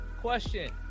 question